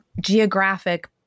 geographic